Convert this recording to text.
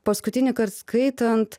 paskutinįkart skaitant